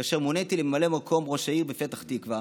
כאשר מוניתי לממלא מקום ראש העיר בפתח תקווה